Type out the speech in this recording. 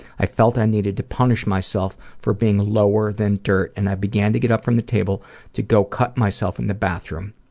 i felt i needed to punish myself for being lower than dirt, and i began to get up from the table to go cut myself in the bathroom.